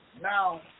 Now